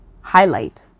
highlight